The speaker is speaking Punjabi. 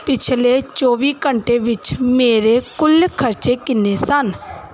ਪਿਛਲੇ ਚੌਵੀ ਘੰਟੇ ਵਿੱਚ ਮੇਰੇ ਕੁੱਲ ਖਰਚੇ ਕਿੰਨੇ ਸਨ